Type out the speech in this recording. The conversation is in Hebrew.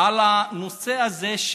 על הנושא הזה.